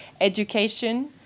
Education